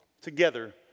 together